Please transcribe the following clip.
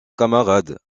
camarade